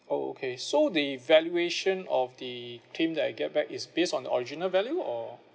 oh okay so the valuation of the claim that I get back is based on the original value or